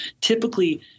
Typically